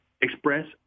express